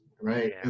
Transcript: right